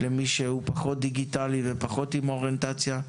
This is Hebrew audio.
למי שהוא פחות דיגיטלי ופחות עם אוריינטציה.